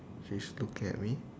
she's looking at me